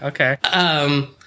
okay